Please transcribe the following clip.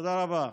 תודה רבה.